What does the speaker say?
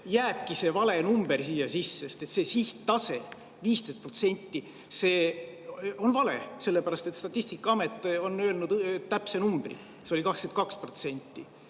jääbki see vale number sisse? See sihttase 15% on vale, sellepärast et Statistikaamet on öelnud täpse numbri – see on 22%,